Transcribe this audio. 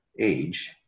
age